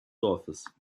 dorfes